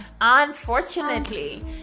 Unfortunately